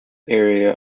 area